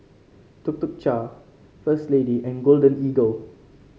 Tuk Tuk Cha First Lady and Golden Eagle